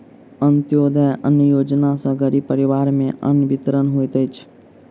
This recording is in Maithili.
अन्त्योदय अन्न योजना सॅ गरीब परिवार में अन्न वितरण होइत अछि